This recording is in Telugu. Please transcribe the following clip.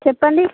చెప్పండి